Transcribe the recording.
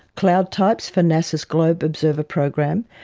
cloud types for nasa's globe observer program,